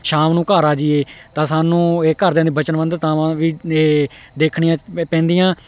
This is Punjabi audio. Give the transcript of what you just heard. ਸ਼ਾਮ ਨੂੰ ਘਰ ਆ ਜਾਈਏ ਤਾਂ ਸਾਨੂੰ ਇਹ ਘਰਦਿਆਂ ਦੇ ਬਚਨਬੰਧਤਾਵਾਂ ਵੀ ਇਹ ਦੇਖਣੀਆਂ ਪ ਪੈਂਦੀਆਂ